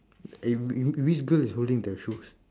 eh which which girl is holding the shoes